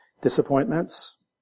disappointments